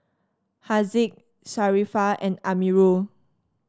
Haziq Sharifah and Amirul